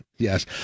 Yes